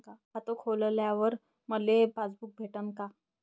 खातं खोलल्यावर मले पासबुक भेटन का?